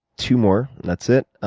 two more and that's it.